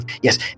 Yes